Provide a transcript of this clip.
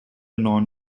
known